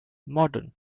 modern